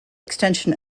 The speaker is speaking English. extension